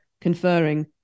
conferring